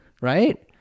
Right